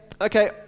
okay